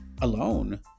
alone